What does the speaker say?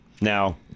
Now